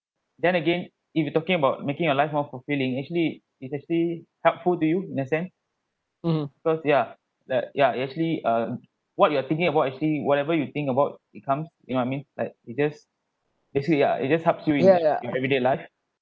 then again if you talking about making your life more fulfilling actually is actually helpful to you in a sense so ya like ya actually um what you are thinking about actually whatever you think about it comes you know I mean like it just basically ya it just helps you in in everyday life